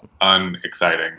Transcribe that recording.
unexciting